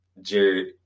Jared